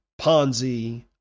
Ponzi